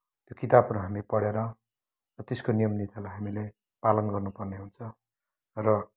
त्यो किताबहरू हामी पढेर त्यसको नियम नीतिलाई हामीले पालन गर्नु पर्ने हुन्छ र